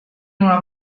una